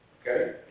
Okay